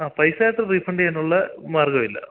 ആ പൈസയായിട്ട് റീഫണ്ട് ചെയ്യാനുള്ള മാർഗ്ഗം ഇല്ല